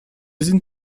sind